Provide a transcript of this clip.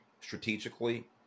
strategically